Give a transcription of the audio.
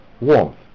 warmth